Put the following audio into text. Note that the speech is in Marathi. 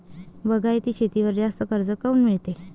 बागायती शेतीवर जास्त कर्ज काऊन मिळते?